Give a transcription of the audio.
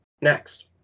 next